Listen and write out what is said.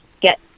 get